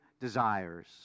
desires